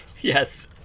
yes